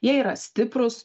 jie yra stiprūs